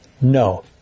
No